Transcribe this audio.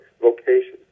vocation